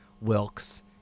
Wilkes